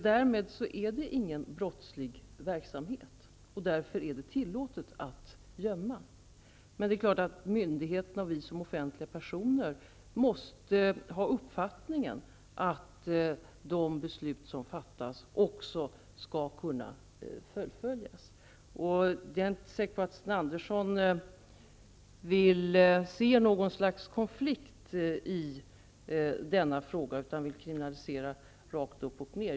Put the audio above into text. Därmed är det ingen brottslig verksamhet, och därför är det tillåtet att gömma. Myndigheterna och vi som offentliga personer måste dock ha uppfattningen att de beslut som fattas också skall kunna fullföljas. Jag är inte säker på att Sten Andersson vill se något slags konflikt i denna fråga, utan han vill kriminalisera rakt upp och ned.